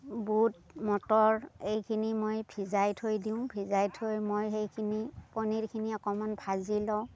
বুট মটৰ এইখিনি মই ভিজাই থৈ দিওঁ ভিজাই থৈ মই সেইখিনি পনীৰখিনি অকমান ভাজি লওঁ